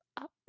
up